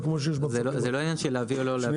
זה לא עניין של להביא או לא להביא.